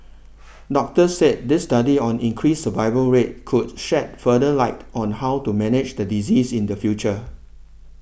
doctors said this study on increased survival rate could shed further light on how to manage the disease in the future